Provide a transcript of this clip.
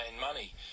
money